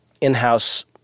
in-house